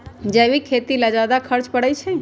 जैविक खेती ला ज्यादा खर्च पड़छई?